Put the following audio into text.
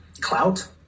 Clout